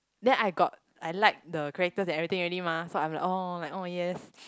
then I got I like the characters and everything already mah so I'm like oh oh yes